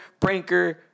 Pranker